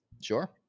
Sure